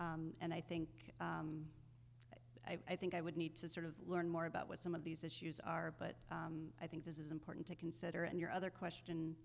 and i think i think i would need to sort of learn more about what some of these issues are but i think this is important to consider and your other question